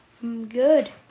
good